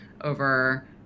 over